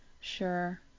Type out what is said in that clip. sure